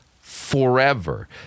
forever